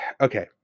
Okay